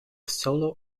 solo